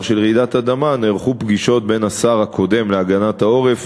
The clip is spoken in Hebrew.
של רעידת אדמה נערכו פגישות בין השר הקודם להגנת העורף